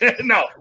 No